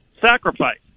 sacrifice